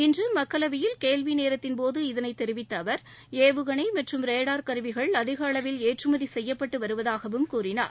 இன்று மக்களவையில் கேள்வி நேரத்தின்போது இதனைத் தெரிவித்த அவர் ஏவுகணை மற்றும் ரேடார் கருவிகள் அதிக அளவில் ஏற்றுமதி செய்யப்பட்டு வருவதாகவும் கூறினார்